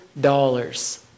dollars